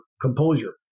composure